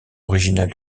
original